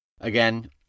again